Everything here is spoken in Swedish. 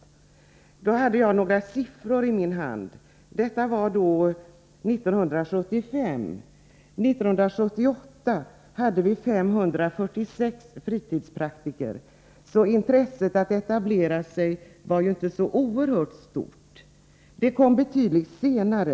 Jag råkar i min hand ha några siffror som belyser dessa förhållanden. Detta var år 1975. År 1978 hade vi 546 fritidspraktiker, så intresset att etablera sig var ju inte så oerhört stort. Intresset kom betydligt senare.